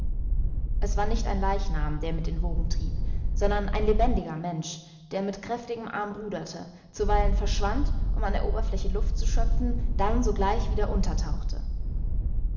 es war nicht ein leichnam der mit den wogen trieb sondern ein lebendiger mensch der mit kräftigem arm ruderte zuweilen verschwand um an der oberfläche luft zu schöpfen dann sogleich wieder